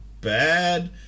bad